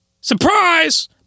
Surprise